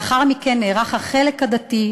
לאחר מכן נערך החלק הדתי,